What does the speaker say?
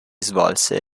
svolse